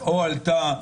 לוועדה,